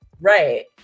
Right